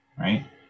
right